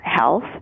Health